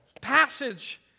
passage